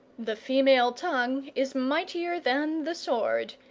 the female tongue is mightier than the sword,